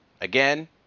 Again